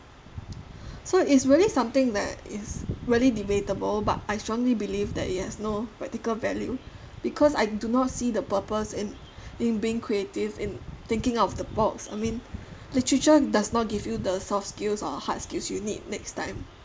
so it's really something that is really debatable but I strongly believe that it has no practical value because I do not see the purpose in in being creative in thinking out of the box I mean literature does not give you the soft skills or hard skills you need next time